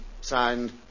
signed